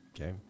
Okay